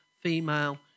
female